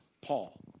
Paul